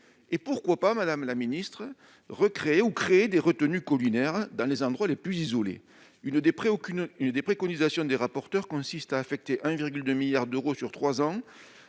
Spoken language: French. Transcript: Pourquoi, madame la secrétaire d'État, ne pas créer ou recréer des retenues collinaires dans les endroits les plus isolés ? Une des préconisations des rapporteurs consiste à affecter 1,2 milliard d'euros sur trois ans